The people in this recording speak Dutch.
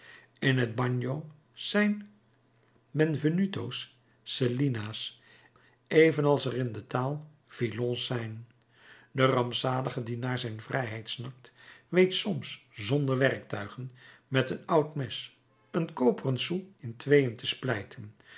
in het bagno zijn benvenuto cellina's evenals er in de taal villon's zijn de rampzalige die naar zijn vrijheid snakt weet soms zonder werktuigen met een oud mes een koperen sou in